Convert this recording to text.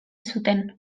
zuen